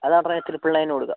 അതാണ് ത്രിപ്പിൾ നയനിന് കൊടുക്കാം